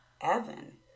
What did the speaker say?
Evan